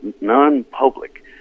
non-public